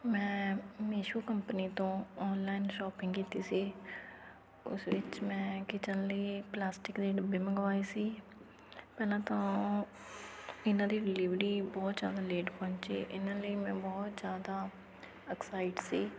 ਮੈਂ ਮੀਸ਼ੂ ਕੰਪਨੀ ਤੋਂ online shopping ਕੀਤੀ ਸੀ ਉਸ ਵਿੱਚ ਮੈਂ ਕਿਚਨ ਲਈ ਪਲਾਸਟਿਕ ਦੇ ਡੱਬੇ ਮੰਗਵਾਏ ਸੀ ਪਹਿਲਾਂ ਤਾਂ ਉਹ ਇਹਨਾਂ ਦੀ ਡਿਲੀਵਰੀ ਬਹੁਤ ਜ਼ਿਆਦਾ ਲੇਟ ਪਹੁੰਚੀ ਇਹਨਾਂ ਲਈ ਮੈਂ ਬਹੁਤ ਜ਼ਿਆਦਾ ਐਕਸਾਈਟ ਸੀ